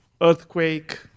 earthquake